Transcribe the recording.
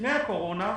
לפני הקורונה,